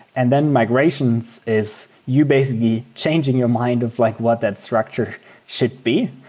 and then migrations is you're basically changing your mind of like what that structure should be,